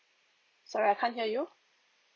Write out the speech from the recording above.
sorry I can't hear you